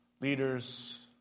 leaders